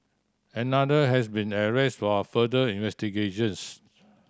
another has been arrested for further investigations